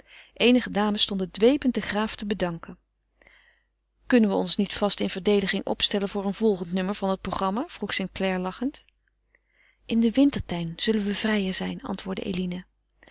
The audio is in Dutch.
eenige dames stonden dwepend den graaf te bedanken kunnen we ons niet vast in verdediging opstellen voor een volgend nummer van het programma vroeg st clare lachend in den wintertuin zullen we vrijer zijn antwoordde eline